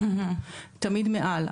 תמיד מעל,